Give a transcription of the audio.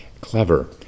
Clever